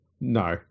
No